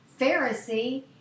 Pharisee